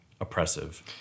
oppressive